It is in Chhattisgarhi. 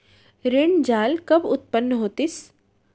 ऋण जाल कब उत्पन्न होतिस?